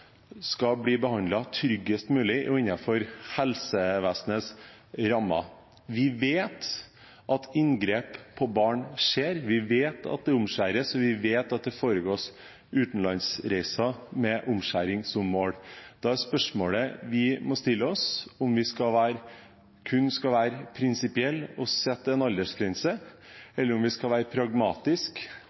skal bli behandlet på en tryggest mulig måte og innenfor helsevesenets rammer. Vi vet at inngrep på barn skjer, vi vet at det omskjæres, og vi vet at det foregår utenlandsreiser med omskjæring som formål. Da er spørsmålet vi må stille oss, om vi kun skal være prinsipielle og sette en aldersgrense, eller om vi skal være